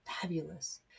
Fabulous